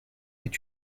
est